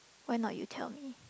why not you tell me